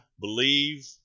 believe